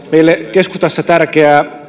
keskustassa tärkeää